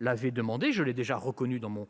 l'avait demandé, je l'ai déjà reconnu dans un